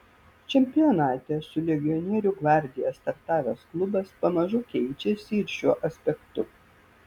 čempionate su legionierių gvardija startavęs klubas pamažu keičiasi ir šiuo aspektu